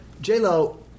J-Lo